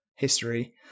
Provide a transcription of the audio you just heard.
History